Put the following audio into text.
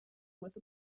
with